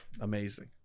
Amazing